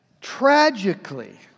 tragically